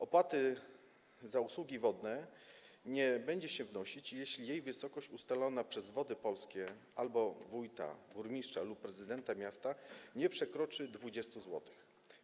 Opłaty za usługi wodne nie będzie się wnosić, jeśli jej wysokość ustalona przez Wody Polskie albo wójta, burmistrza lub prezydenta miasta nie przekroczy 20 zł.